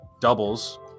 doubles